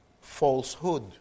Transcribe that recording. falsehood